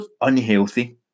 unhealthy